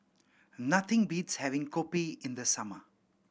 nothing beats having kopi in the summer